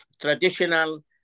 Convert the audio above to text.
traditional